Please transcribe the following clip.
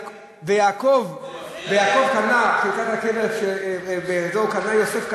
ויעקב שקנה את חלקת הקבר באזור שנקבר יוסף,